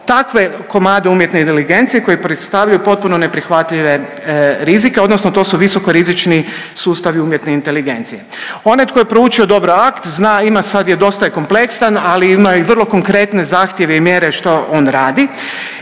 takve komade umjetne inteligencije koji predstavljaju potpuno neprihvatljive rizike, odnosno to su visokorizični sustavi umjetne inteligencije. Onaj tko je proučio dobro akt, zna, ima, sad je dosta je kompleksan, ali imao je vrlo konkretne zahtjeve i mjere što on radi.